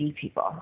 people